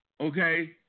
okay